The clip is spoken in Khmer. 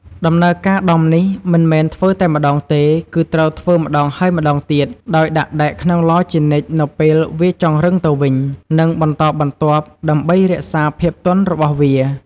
ដំណើរការដំនេះមិនមែនធ្វើតែម្តងទេ គឺត្រូវធ្វើម្ដងហើយម្តងទៀត ដោយដាក់ដែកក្នុងឡជានិច្ចនៅពេលវាចង់រឹងទៅវិញ ជាបន្តបន្ទាប់ដើម្បីរក្សាភាពទន់របស់វា។